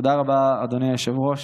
תודה רבה, אדוני היושב-ראש.